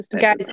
Guys